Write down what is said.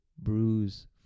bruise